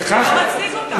זה לא מצדיק אותם.